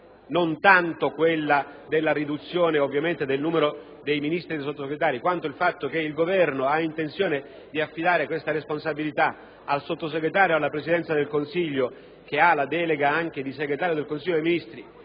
non tanto quella della riduzione del numero dei Ministri e dei Sottosegretari, quanto il fatto che il Governo ha intenzione di affidare tale responsabilità al Sottosegretario alla Presidenza del Consiglio che ha la delega anche di Segretario del Consiglio dei ministri,